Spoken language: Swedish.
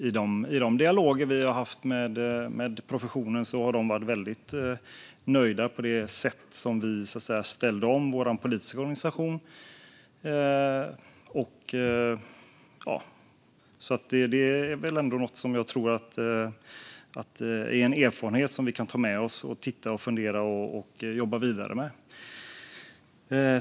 I de dialoger vi har haft med professionen har de varit väldigt nöjda med det sätt på vilket vi ställde om vår politiska organisation. Detta är en erfarenhet som vi kan ta med oss, titta på, fundera över och jobba vidare med.